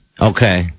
okay